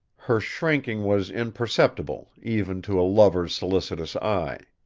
her shrinking was imperceptible, even to a lover's solicitous eye.